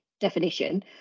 definition